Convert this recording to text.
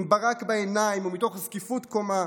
עם ברק בעיניים ומתוך זקיפות קומה,